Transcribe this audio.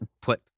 put